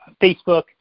Facebook